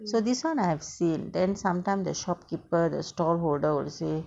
so this one I have said then sometime the shopkeeper the storeholder will say